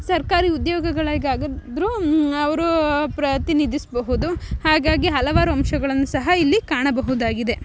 ಸರ್ಕಾರಿ ಉದ್ಯೋಗಗಳಿಗಾದ್ರು ಅವರು ಪ್ರತಿನಿಧಿಸಬಹುದು ಹಾಗಾಗಿ ಹಲವಾರು ಅಂಶಗಳನ್ನು ಸಹ ಇಲ್ಲಿ ಕಾಣಬಹುದಾಗಿದೆ